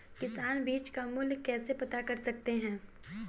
किसान बीज का मूल्य कैसे पता कर सकते हैं?